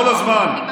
כל הזמן,